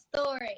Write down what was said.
story